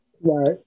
Right